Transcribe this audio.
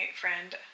friend